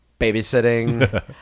Babysitting